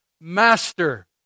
Master